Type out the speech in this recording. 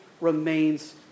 remains